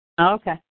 Okay